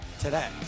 today